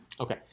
Okay